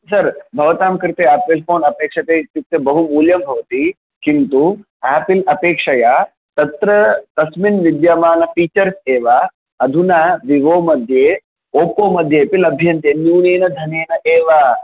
sir भवतां कृते Apple phone अपेक्षते इत्युक्ते बहु मूल्यम् भवति किन्तु आपल् अपेक्षया तत्र तस्मिन् विद्यमान फीचर्स् एव अधुना विवो मध्ये ओप्पो मध्येपि लभ्यन्ते न्यूनेन धनेन एव